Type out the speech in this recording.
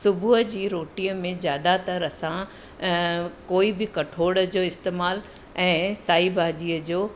सुबुह जी रोटीअ में जादातर असां कोई बि कठोड़ जो इस्तेमालु ऐं साई भाॼीअ जो